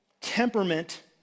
temperament